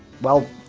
well,